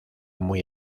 muy